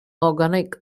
organic